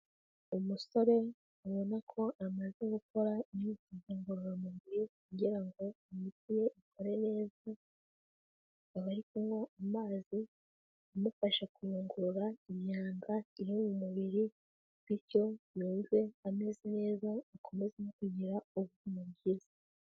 Umusore ubona ko amaze gukora imyitozo ngororamubiri kugira ngo imiti ye ikore neza, akaba ari kunywa amazi amufasha kuyungurura imyanda iri mu mubiri bityo yumve ameze neza akomeze no kugira ubuzima bwiza.